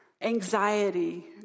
anxiety